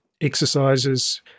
exercises